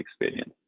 experience